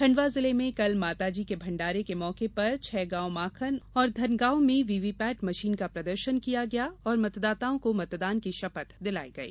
खंडवा जिले में कल माताजी की भण्डारे के मौके पर छैगॉव माखन और धनगॉव में वीवीपैट मशीन का प्रदर्शन किया गया और मतदाताओं को मतदान की शपथ दिलाई गई